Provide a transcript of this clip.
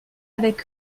avec